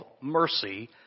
mercy